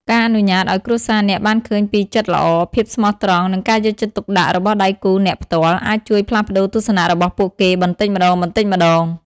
ការអនុញ្ញាតឲ្យគ្រួសារអ្នកបានឃើញពីចិត្តល្អ ភាពស្មោះត្រង់ និងការយកចិត្តទុកដាក់របស់ដៃគូអ្នកផ្ទាល់ អាចជួយផ្លាស់ប្តូរទស្សនៈរបស់ពួកគេបន្តិចម្តងៗ។